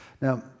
Now